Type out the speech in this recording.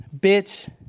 bits